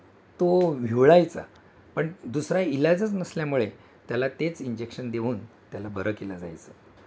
तो विव्हळायचा पण दुसरा इलाजच नसल्यामुळे त्याला तेच इंजेक्शन देऊन त्याला बरं केलं जायचं